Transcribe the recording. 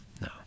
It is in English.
no